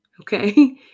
okay